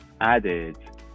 added